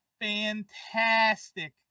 fantastic